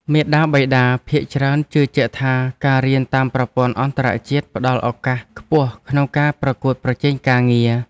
មាតាបិតាភាគច្រើនជឿជាក់ថាការរៀនតាមប្រព័ន្ធអន្តរជាតិផ្តល់ឱកាសខ្ពស់ក្នុងការប្រកួតប្រជែងការងារ។